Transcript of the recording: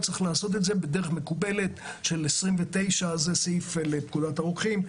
צריך לעשות את זה בדרך מקובלת של סעיף 29 לפקודת הרוקחים.